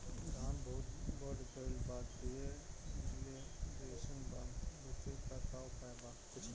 धान बहुत बढ़ गईल बा गिरले जईसन बा रोके क का उपाय बा?